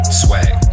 swag